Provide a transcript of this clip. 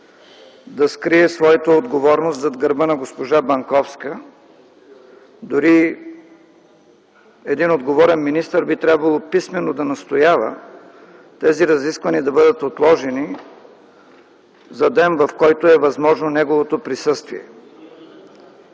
да скрие своята отговорност зад гърба на госпожа Банковска. Дори един отговорен министър би трябвало писмено да настоява тези разисквания да бъдат отложени за ден, в който е възможно неговото присъствие.